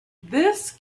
this